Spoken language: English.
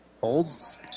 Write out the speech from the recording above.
Holds